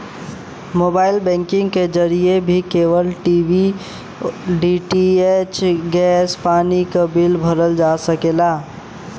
mobile banking के जरिए भी केबल टी.वी डी.टी.एच गैस पानी क बिल भरल जा सकला